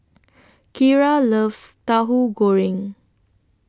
Kira loves Tauhu Goreng